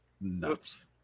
nuts